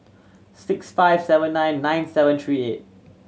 six five seven nine nine seven three eight